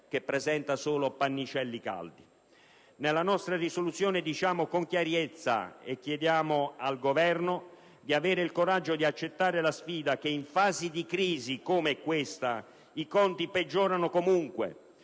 che presenta solo pannicelli caldi. Nella nostra proposta di risoluzione diciamo con chiarezza, e chiediamo al Governo di avere il coraggio di accettare la sfida, che in fasi di crisi come questa i conti peggiorano comunque